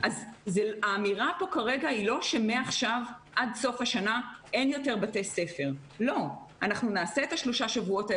החינוך המיוחד פתוח עד שעה 14:30. זה סוגיה